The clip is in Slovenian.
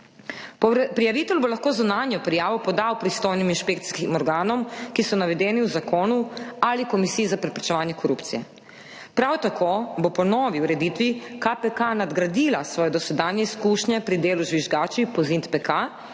Prijavitelj bo lahko zunanjo prijavo podal pristojnim inšpekcijskim organom, ki so navedeni v zakonu, ali Komisiji za preprečevanje korupcije. Prav tako bo po novi ureditvi KPK nadgradila svoje dosedanje izkušnje pri delu z žvižgači po ZIntPK